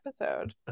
episode